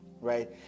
Right